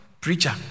Preacher